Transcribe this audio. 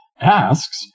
asks